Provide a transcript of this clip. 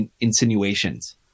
insinuations